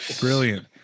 brilliant